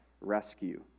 rescue